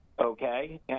okay